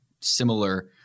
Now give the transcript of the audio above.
similar